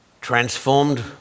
Transformed